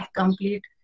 complete